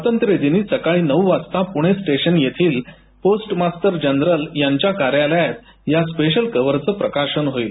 स्वातंत्र्यदिनी सकाळी नऊ वाजता पुणे स्टेशन येथील पोस्ट मास्तर जनरल यांच्या कार्यालयात या स्पेशल कव्हरचं प्रकाशन होईल